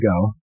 go